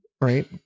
right